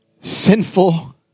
sinful